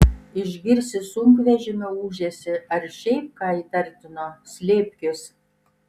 išgirsi sunkvežimio ūžesį ar šiaip ką įtartino slėpkis